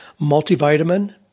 multivitamin